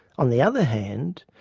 on the other hand,